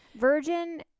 Virgin